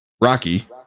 Rocky